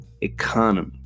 economy